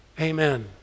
Amen